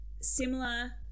similar